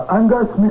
Angus